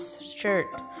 shirt